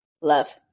Love